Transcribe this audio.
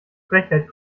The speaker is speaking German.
frechheit